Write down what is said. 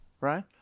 right